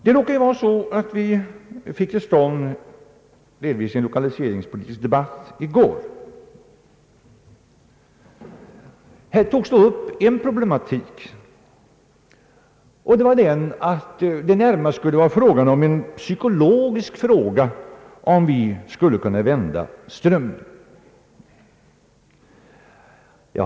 Det råkar vara på det sättet att vi i går fick en delvis lokaliseringspolitisk debatt. Där togs upp den problematiken att det närmast skulle vara en psykologisk fråga om vi skall kunna vända strömmen.